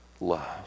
love